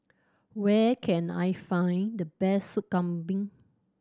where can I find the best Sop Kambing